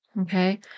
Okay